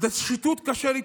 את השחיתות קשה לתפוס.